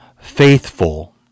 faithful